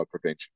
prevention